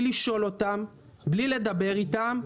עבור הזוגות הצעירים מבלי לשאול ולדבר איתם.